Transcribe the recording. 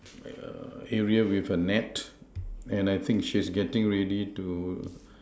yeah area with a net and I think she's getting ready to